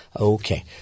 Okay